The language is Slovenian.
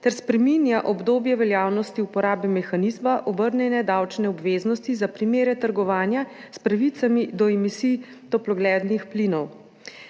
ter spreminja obdobje veljavnosti uporabe mehanizma obrnjene davčne obveznosti za primere trgovanja s pravicami do emisij toplogrednih plinov.